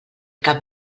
cap